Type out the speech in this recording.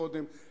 קודם,